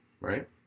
right